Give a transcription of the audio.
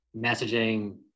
messaging